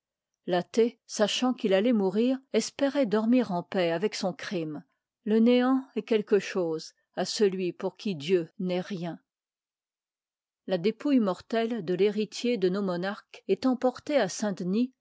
l'athée sachant qu'il alloit mourir cspéroit dormir en paix avec son crime le néant est quelque çlose à celui pour qui dieu n'est rien jja dqp ouille mortelle de rhéj itier dc nos monarques étant portée à saint-denis